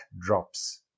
drops